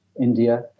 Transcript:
India